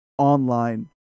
Online